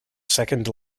second